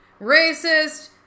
racist